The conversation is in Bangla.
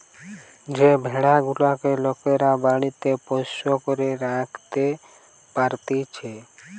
যে ভেড়া গুলেক লোকরা বাড়িতে পোষ্য করে রাখতে পারতিছে